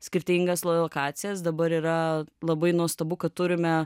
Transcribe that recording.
skirtingas lokacijas dabar yra labai nuostabu kad turime